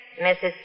Mrs